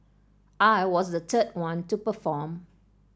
I was the third one to perform